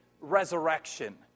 resurrection